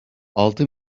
altı